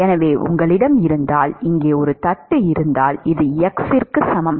எனவே உங்களிடம் இருந்தால் இங்கே ஒரு தட்டு இருந்தால் இது x க்கு சமம்